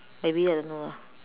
maybe I don't know lah